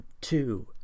two